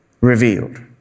revealed